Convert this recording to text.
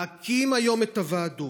להקים היום את הוועדות,